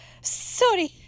sorry